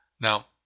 Now